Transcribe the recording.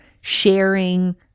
sharing